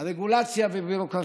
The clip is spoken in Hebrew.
הרגולציה והביורוקרטיה.